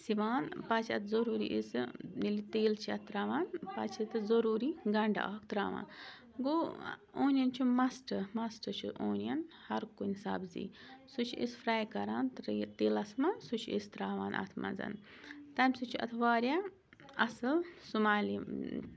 سِوان پَتہٕ چھِ اَتھ ضٔروٗری أسۍ ییٚلہِ تیٖل چھِ اَتھ تراوان پَتہٕ چھِ ضٔروٗری گَنٛڈٕ اَکھ تراوان گوٚو اونَیٚن چھُ مَسٹ مَسٹ چھُ اونَیٚن ہَر کُنہِ سَبزی سُہ چھِ أسۍ فرٛے کَران تی تیٖلَس مَنٛز سُہ چھِ أسۍ ترٛاوان اَتھ منٛز تَمہِ سۭتۍ چھُ اَتھ واریاہ اَصٕل سُمایِل یِم